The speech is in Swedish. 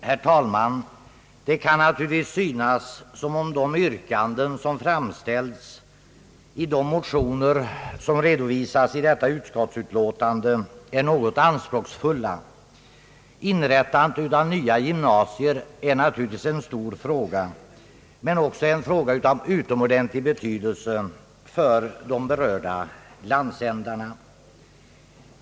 Herr talman! Det kan naturligtvis synas som om yrkandena i de motioner, som redovisas i detta utskottsutlåtande, är något anspråksfulla. Inrättandet av nya gymnasier är självfallet en stor fråga, men också en fråga av utomordentlig betydelse för de berörda landsändarna.